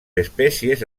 espècies